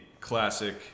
classic